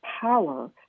power